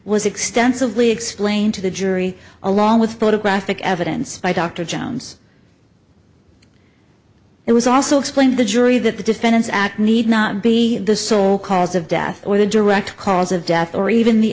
was extensively explained to the jury along with photographic evidence by dr jones it was also explained the jury that the defendant's act need not be the sole cause of death or the direct cause of death or even the